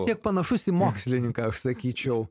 kiek panašus į mokslininką aš sakyčiau